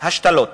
השתלות